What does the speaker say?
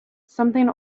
something